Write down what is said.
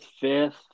fifth